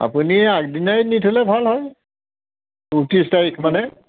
আপুনি আগদিনাই নি থ'লে ভাল হয় ঊনত্ৰিচ তাৰিখ মানে